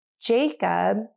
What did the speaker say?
Jacob